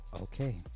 Okay